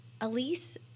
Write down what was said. Elise